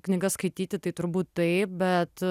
knygas skaityti tai turbūt taip bet